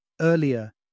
Earlier